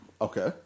Okay